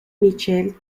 michele